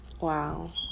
wow